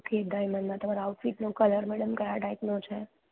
okay ડાયમંડમાં તમારો આઉટફિટનો કલર મેડમ કયા ટાઈપનો છે